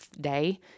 day